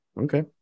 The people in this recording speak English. Okay